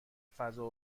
فضا